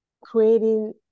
creating